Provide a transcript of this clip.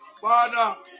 Father